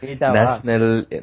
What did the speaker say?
National